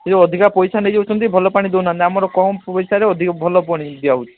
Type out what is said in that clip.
ସେଇ ଅଧିକ ପଇସା ନେଇଯାଉଛନ୍ତି ଭଲ ପାଣି ଦେଉନାହାନ୍ତି ଆମର କମ ପଇସାରେ ଅଧିକ ଭଲ ପାଣି ଦିଆହେଉଛି